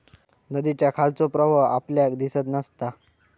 नदीच्या खालचो प्रवाह आपल्याक दिसत नसता